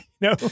No